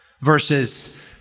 versus